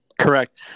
correct